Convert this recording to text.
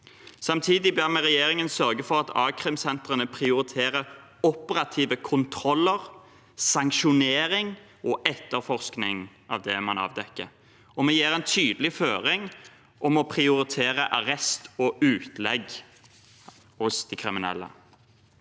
Samtidig ber vi regjeringen sørge for at akrimsentrene prioriterer operative kontroller, sanksjonering og etterforskning av det man avdekker, og vi gir en tydelig føring om å prioritere arrest og utlegg hos de kriminelle.